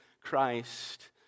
Christ